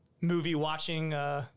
movie-watching